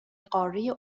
قاره